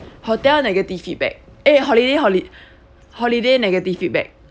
hotel negative feedback eh holiday holi~ holiday negative feedback